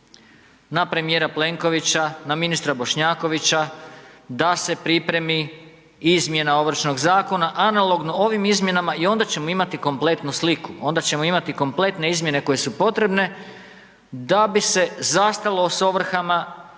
na premijera Plenkovića, na ministra Bošnjakovića da se pripremi izmjena Ovršnog zakona analogno ovim izmjenama i onda ćemo imati kompletnu sliku, onda ćemo imati kompletne izmjene koje su potrebne da bi se zastalo s ovrhama,